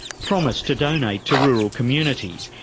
promised to donate to rural communities,